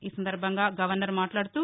ఈ సందర్బంగా గవర్నర్ మాట్లాదుతూ